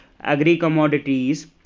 agri-commodities